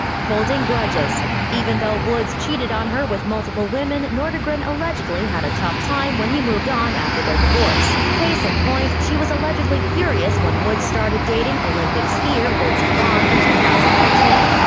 holding grudges even though woods cheated on her with multiple women, nordegren allegedly had a tough time when he moved on after their divorce. case in point she was allegedly furious when woods started dating olympic skier lindsey vonn in two thousand and thirteen.